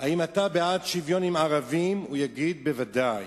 אם הוא בעד שוויון עם ערבים, הוא יגיד: ודאי.